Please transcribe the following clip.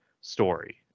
story